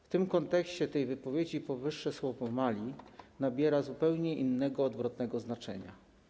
W kontekście tej wypowiedzi powyższe słowo „mali” nabiera zupełnie innego, odwrotnego znaczenia.